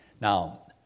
Now